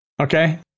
Okay